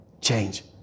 change